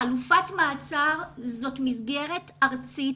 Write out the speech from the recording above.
חלופת מעצר זאת מסגרת ארצית,